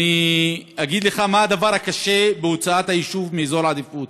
אני אגיד לך מה הדבר הקשה בהוצאת היישוב מאזור העדיפות: